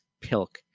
pilk